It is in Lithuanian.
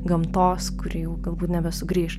gamtos kuri jau galbūt nebesugrįš